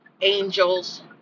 angels